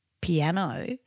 piano